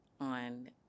on